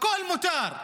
הכול מותר,